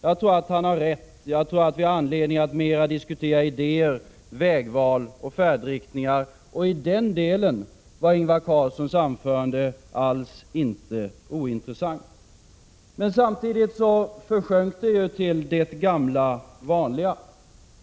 Jag tror att han har rätt och att vi har anledning att mera diskutera idéer, vägval och färdriktningar. I den delen var Ingvar Carlssons anförande alls inte ointressant. Men samtidigt försjönk det till det gamla vanliga.